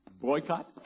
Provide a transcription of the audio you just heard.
Boycott